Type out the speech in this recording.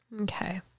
Okay